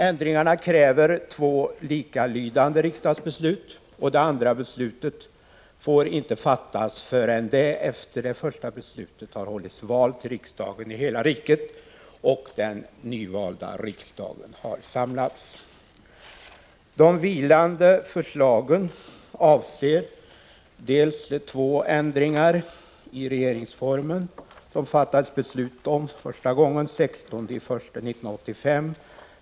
Ändringarna kräver två likalydande riksdagsbeslut, och det andra beslutet får inte fattas förrän det efter det första beslutet har hållits val till riksdagen i hela riket och den nyvalda riksdagen har samlats. De vilande förslagen avser två ändringar i regeringsformen som man fattade beslut om första gången den 16 januari 1985.